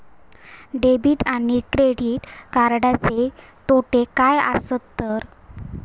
Debit आणि credit कार्डचे तोटे काय आसत तर?